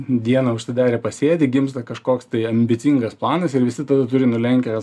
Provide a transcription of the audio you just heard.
dieną užsidarę pasėdi gimsta kažkoks tai ambicingas planas ir visi tada turi nulenkęs